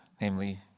Namely